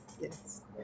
Yes